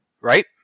right